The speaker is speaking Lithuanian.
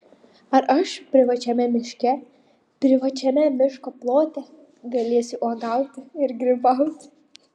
ar aš privačiame miške privačiame miško plote galėsiu uogauti ir grybauti